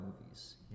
movies